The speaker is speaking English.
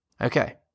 Okay